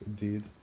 Indeed